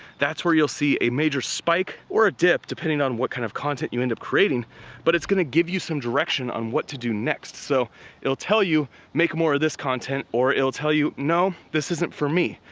that's where you'll see a major spike or a dip, depending on what kind of content you end up creating but it's gonna give you some direction on what to do next. so it'll tell you make more of this content. or it'll tell you, no, this isn't for me.